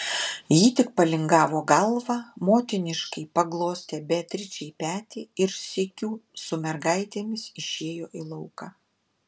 ji tik palingavo galvą motiniškai paglostė beatričei petį ir sykiu su mergaitėmis išėjo į lauką